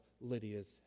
Lydia's